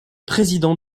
président